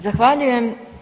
Zahvaljujem.